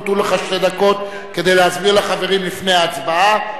נותרו לך שתי דקות כדי להסביר לחברים לפני ההצבעה,